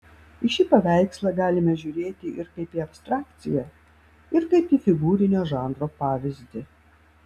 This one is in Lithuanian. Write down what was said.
į šį paveikslą galime žiūrėti ir kaip į abstrakciją ir kaip į figūrinio žanro pavyzdį